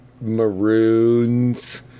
maroons